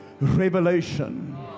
Revelation